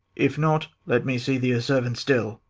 if not, let me see thee a servant still